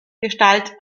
gestalt